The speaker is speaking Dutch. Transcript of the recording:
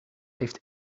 heeft